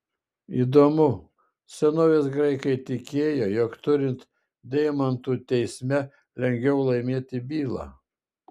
įdomu senovės graikai tikėjo jog turint deimantų teisme lengviau laimėti bylą